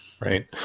Right